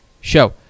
show